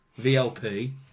VLP